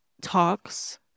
talks